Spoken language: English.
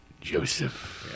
Joseph